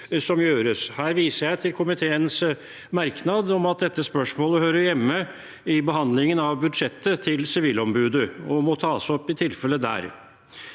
Her viser jeg til komiteens merknad om at dette spørsmålet hører hjemme i behandlingen av budsjettet til Sivilombudet, og må i tilfelle tas